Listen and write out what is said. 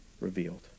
revealed